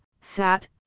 Sat